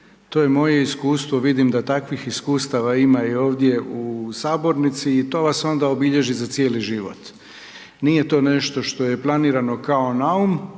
To je moje iskustvo, vidim da takvih iskustava ima i ovdje u sabornici i to vas onda obilježi za cijeli život. Nije to nešto što je planirano kao naum